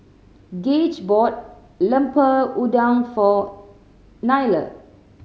Gage bought Lemper Udang for Nyla